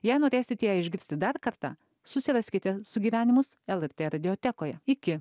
jei norėsit ją išgirsti dar kartą susiraskite sugyvenimus lrt radiotekoje iki